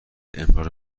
امرار